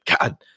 God